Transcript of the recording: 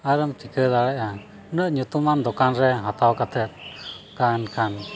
ᱟᱨᱮᱢ ᱪᱤᱠᱟᱹ ᱫᱟᱲᱮᱭᱟᱜᱼᱟ ᱩᱱᱟᱹᱜ ᱧᱩᱛᱩᱢᱟᱱ ᱫᱚᱠᱟᱱ ᱨᱮ ᱦᱟᱛᱟᱣ ᱠᱟᱛᱮᱫ ᱠᱟᱱ ᱠᱷᱟᱱ